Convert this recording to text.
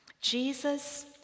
Jesus